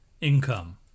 income